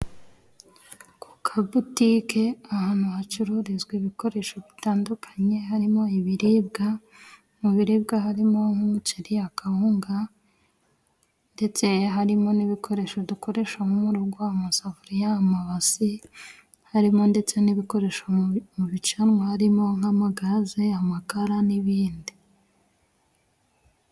Ku kabutike ahantu hacururizwa ibikoresho bitandukanye harimo ibiribwa. Mu biribwa harimo nk'umuceri, akawunga ndetse harimo n'ibikoresho dukoresha nko mu rugo. Amasafuriya, amabasi harimo ndetse n'ibikoresho mu bicanwa harimo nk'amagaze, amakara n'ibindi.